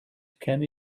can